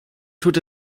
tut